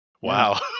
Wow